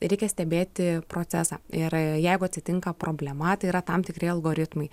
reikia stebėti procesą ir jeigu atsitinka problema tai yra tam tikri algoritmai